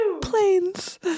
planes